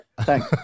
Thanks